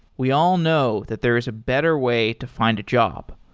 we all know that there is a better way to find a job.